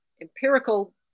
empirical